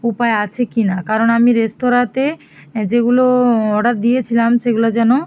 উপায় আছে কি না কারণ আমি রেস্তোরাঁতে যেগুলো অর্ডার দিয়েছিলাম সেগুলো যেন